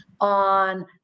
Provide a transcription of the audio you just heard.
on